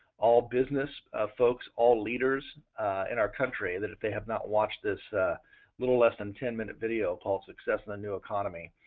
all business folks, all leaders in our country that they have not watched this a little less than ten minute video called success in the new economy.